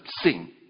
sing